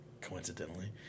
Coincidentally